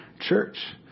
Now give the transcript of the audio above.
church